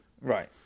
right